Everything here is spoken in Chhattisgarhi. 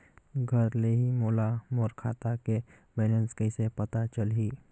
घर ले ही मोला मोर खाता के बैलेंस कइसे पता चलही?